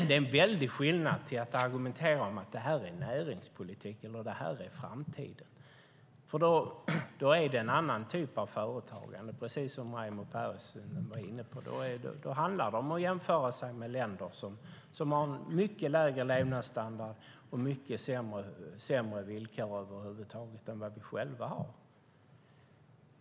Det är en väldig skillnad att argumentera om att det här är näringspolitik eller att det här är framtiden, för då är det en annan typ av företagande, precis som Raimo Pärssinen var inne på. Då handlar det om att jämföra sig med länder som har mycket lägre levnadsstandard och mycket sämre villkor än vad vi själva har.